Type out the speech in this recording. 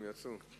הם יצאו.